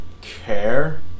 care